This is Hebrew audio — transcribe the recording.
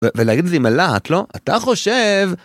ולהגיד את זה עם הלהט, לא? אתה חושב...